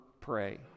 pray